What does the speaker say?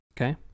okay